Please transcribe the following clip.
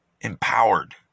empowered